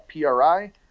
PRI